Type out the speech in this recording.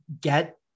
get